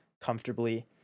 comfortably